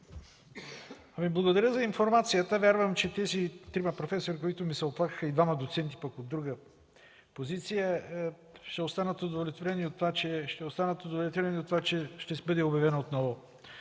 Благодаря за информацията. Вярвам, че тези трима професори, които ми се оплакаха, и двама доценти пък от друга позиция ще останат удовлетворени от това, че ще бъде обявена отново